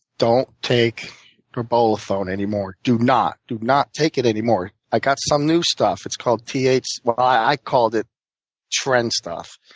don't take norbolethone anymore. do not. do not take it anymore. i got some new stuff. it's called th well, i called it trend stuff.